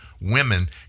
women